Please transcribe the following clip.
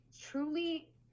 truly